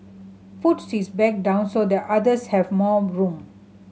puts his bag down so that others have more room